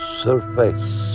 surface